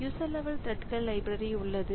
user level த்ரெட்கள் library உள்ளது